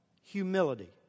humility